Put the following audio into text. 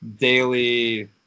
daily